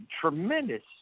tremendous